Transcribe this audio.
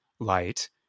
Light